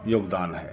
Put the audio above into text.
योगदान है